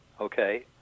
okay